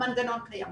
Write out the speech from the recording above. המנגנון קיים.